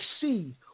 see